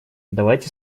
давайте